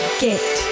get